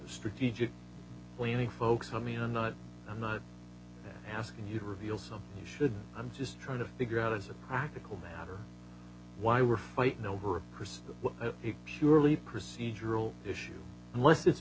strategic planning folks i mean i'm not i'm not asking you to reveal some you should i'm just trying to figure out as a practical matter why we're fighting over her so surely procedural issue unless it's